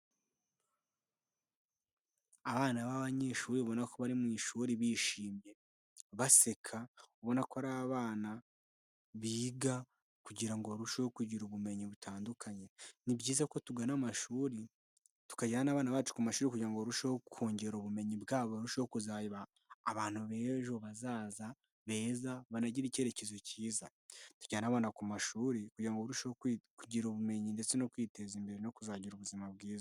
Abana b'abanyeshuri ubona ko bari mu ishuri bishimye, baseka, ubona ko ari abana biga kugira ngo barusheho kugira ubumenyi butandukanye. Ni byiza ko tugana amashuri tukajyana abana bacu ku mashuri kugira ngo barusheho kongera ubumenyi bwabo barusheho kugira ubumenyi, babe abantu b'ejo hazaza banagire icyerekezo cyiza. Tujyana abana ku mashuri kugira ngo ba urusheho kugira ubumenyi ndetse no kwiteza imbere no kuzagira ubuzima bwiza.